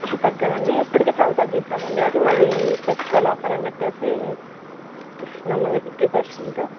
తగ్గదండి ఇప్పటికీ చాలా తగ్గించామండి అది మళ్ళీ ఫెస్టివల్ ఆఫర్ అని చెప్పేసి ఇస్తున్నాం మరి ఫిఫ్టీ పర్సెంట్